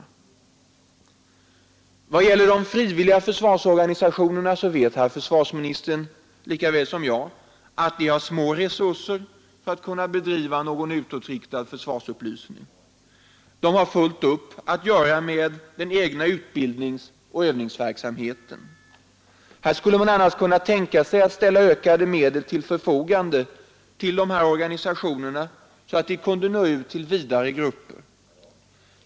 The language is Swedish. I vad gäller de frivilliga försvarsorganisationerna vet försvarsministern lika väl som jag att de har alltför knappa resurser för att kunna bedriva någon utåtriktad försvarsupplysning. Man har fullt upp att göra med den egna utbildningsoch övningsverksamheten. Här skulle man annars kunna tänka sig att ställa ökade medel till dessa organisationers förfogande så att de kan nå ut till vida grupper.